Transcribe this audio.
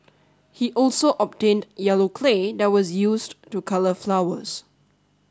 he also obtained yellow clay that was used to colour flowers